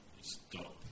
stop